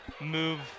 move